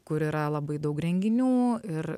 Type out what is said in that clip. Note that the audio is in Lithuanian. kur yra labai daug renginių ir